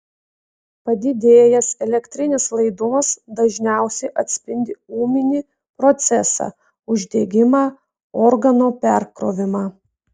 padidėjęs elektrinis laidumas dažniausiai atspindi ūminį procesą uždegimą organo perkrovimą